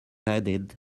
added